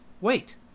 wait